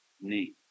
need